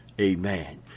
amen